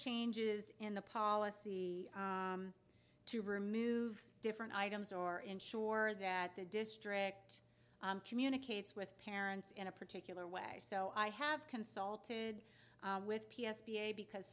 changes in the policy to remove different items or ensure that the district communicates with parents in a particular way so i have consulted with p s p a because